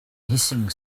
hissing